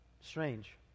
Strange